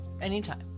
anytime